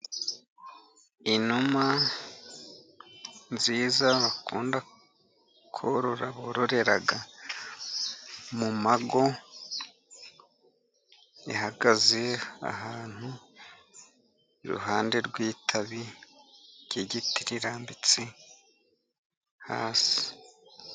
Inuma nziza bakunda korora, bororera mu ngo, ihagaze ahantu iruhande rw'itabi ry'igiti rirambitse hasi.